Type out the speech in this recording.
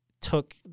took